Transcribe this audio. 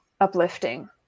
uplifting